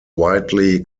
widely